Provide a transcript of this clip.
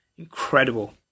incredible